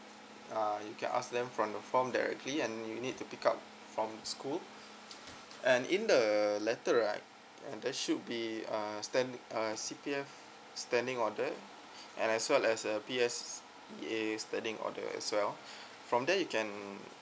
uh you can ask them from the form directly and you need to pick up from the school and in the letter right there should be uh stand uh C_P_F standing order and as well as a P_S_E_A standing order as well from there you can